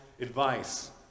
advice